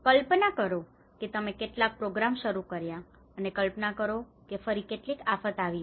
કલ્પના કરો કે તમે કેટલાક પ્રોગ્રામ શરૂ કર્યા છે અને કલ્પના કરો કે ફરી કેટલીક આફત આવી છે